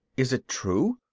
is it true?